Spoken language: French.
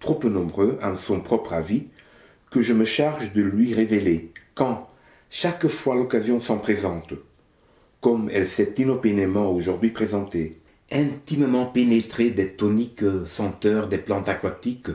trop peu nombreux à son propre avis que je me charge de lui révéler quand chaque fois l'occasion s'en présente comme elle s'est inopinément aujourd'hui présentée intimement pénétrée des toniques senteurs des plantes aquatiques